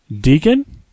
deacon